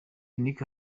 nic